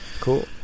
Cool